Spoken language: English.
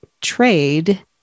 trade